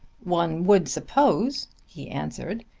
one would suppose, he answered,